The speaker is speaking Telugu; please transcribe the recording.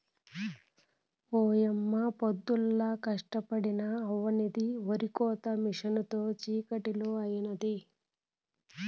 ఓయమ్మ పొద్దుల్లా కష్టపడినా అవ్వని ఒరికోత మిసనుతో చిటికలో అయినాది